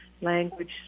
language